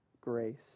grace